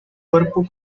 cuerpo